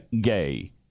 gay